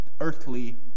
earthly